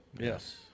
Yes